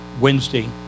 Wednesday